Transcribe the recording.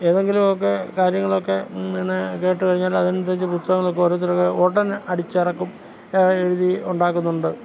ഏതെങ്കിലുവൊക്കെ കാര്യങ്ങളൊക്കെ ഇങ്ങനെ കേട്ടു കഴിഞ്ഞാൽ അത് അനുസരിച്ച് പുസ്തകങ്ങളൊക്കെ ഓരോരുത്തരുടെ ഉടനെ അടിച്ചിറക്കും കഥ എഴുതി ഉണ്ടാക്കുന്നുണ്ട്